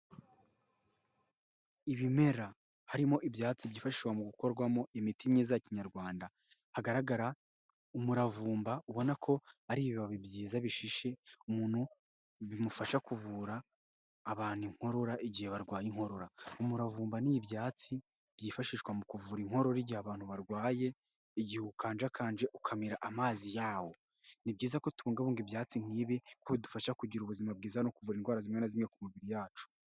Ibimera, harimo ibyatsi byifashishwa mu gukorwamo imiti myiza ya kinyarwanda, hagaragara umuravumba ubona ko ari ibibabi byiza bishishe, umuntu bimufasha kuvura abantu inkorora igihe barwaye inkorora. Umuravumba ni ibyatsi byifashishwa mu kuvura inkoro igihe abantu barwaye, igihe ukanjakanje ukamira amazi yawo. Ni byiza ku tubungabunga ibyatsi nk'ibi kuko bidufasha kugira ubuzima bwiza no kuvura indwara zimwe na zimwe ku mibiri yacu.